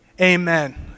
amen